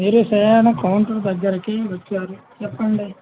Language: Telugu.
మీరు స్వయాన కౌంటర్ దగ్గరకి వచ్చారు చెప్పండి